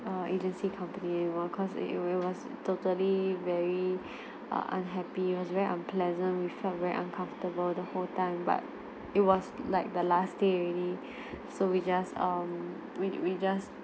err agency company anymore cause everyone's totally very uh unhappy was very unpleasant we felt very uncomfortable the whole time but it was like the last day already so we just um we we just